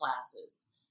classes